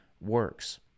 works